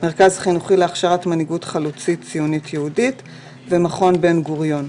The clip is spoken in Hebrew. מכרז חינוכי להכשרת מנהיגות חלוצית ציונית יהודית ומכון בן גוריון.